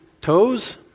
Toes